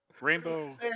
Rainbow